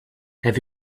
have